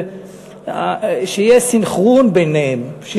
שיהיה סנכרון ביניהם.